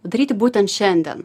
daryti būtent šiandien